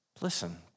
Listen